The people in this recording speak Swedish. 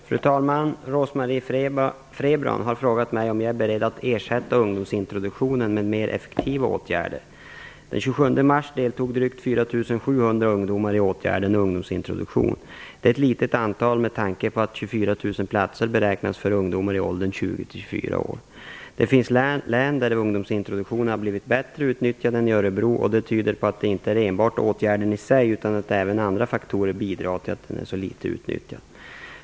Fru talman! Rose-Marie Frebran har frågat mig om jag är beredd att ersätta ungdomsintroduktionen med mer effektiva åtgärder. Den 27 mars deltog drygt 4 700 ungdomar i åtgärden ungdomsintroduktion. Det är ett litet antal med tanke på att 24 000 platser beräknats för ungdomar i åldern 20-24 år. Det finns län där ungdomsintroduktionen har blivit bättre utnyttjad än i Örebro, och det tyder på att det inte är enbart åtgärden i sig utan att även andra faktorer bidrar till att den är så litet utnyttjad.